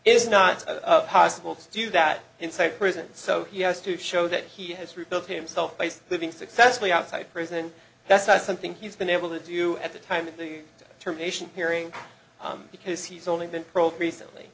is not possible to do that inside prison so he has to show that he has rebuilt himself place living successfully outside prison that's not something he's been able to do at the time of the term nation hearing because he's only been paroled recently